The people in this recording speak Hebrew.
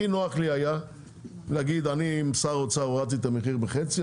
הכי נוח לי היה להגיד שאני עם שר האוצר הורדתי את המחיר בחצי,